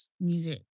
music